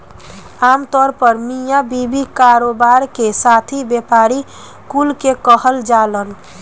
आमतौर पर मिया बीवी, कारोबार के साथी, व्यापारी कुल के कहल जालन